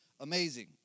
amazing